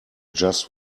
just